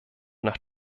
nach